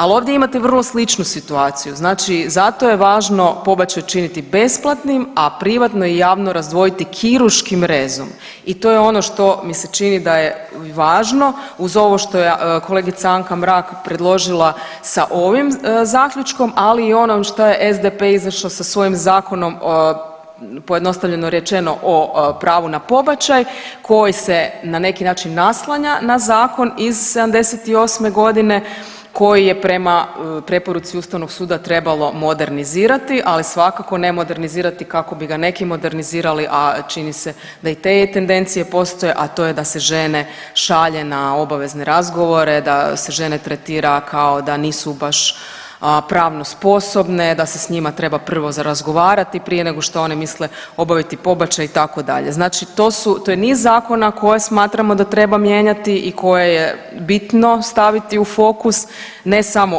Al ovdje imate vrlo sličnu situaciju, znači zato je važno pobačaj učiniti besplatnim, a privatno i javno razdvojiti kirurškim rezom i to je ono što mi se čini da je važno uz ovo što je kolegica Anka-Mrak predložila sa ovim zaključkom, ali i onim što je SDP izašao sa svojim Zakonom, pojednostavljeno rečeno, o pravu na pobačaj koji se na neki način naslanja na zakon iz '78.g. koji je prema preporuci ustavnog suda trebalo modernizirati, ali svakako ne modernizirati kako bi ga neki modernizirali, a čini se da i te tendencije postoje, a to je da se žene šalje na obavezne razgovore, da se žene tretira kao da nisu baš pravno sposobne, da se s njima treba prvo za razgovarati prije nego što one misle obaviti pobačaj itd., znači to su, to je niz zakona koje smatramo da treba mijenjati i koje je bitno staviti u fokus, ne samo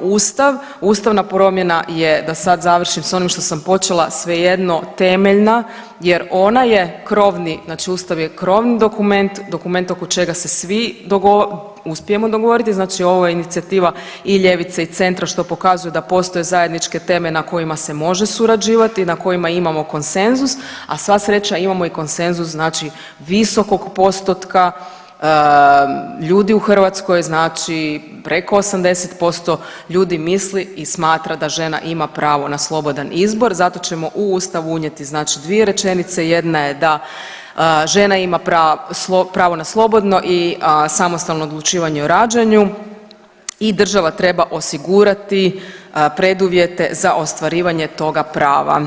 u ustav, ustavna promjena je da sad završim s onim što sam počela, svejedno temeljna jer ona je krovni znači ustav je krovni dokument, dokument oko čega se svi uspijemo dogovoriti, znači ovo je inicijativa i ljevice i centra što pokazuje da postoje zajedničke teme na kojima se može surađivati i na kojima imamo konsenzus, a sva sreća imamo i konsenzus znači visokog postotka ljudi u Hrvatskoj, znači preko 80% ljudi misli i smatra da žena ima pravo na slobodan izbor, zato ćemo u ustav unijeti znači dvije rečenice, jedna je da žena ima pravo na slobodno i samostalno odlučivanje o rađanju i država treba osigurati preduvjete za ostvarivanje toga prava.